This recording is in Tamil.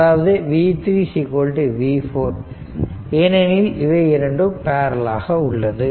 அதாவது v3 v4 ஏனெனில் இவை இரண்டும் பேரலல் ஆக உள்ளது